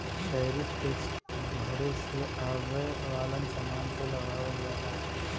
tariff tax बहरे से आये वाले समान पे लगावल जाला